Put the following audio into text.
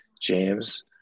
James